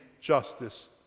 justice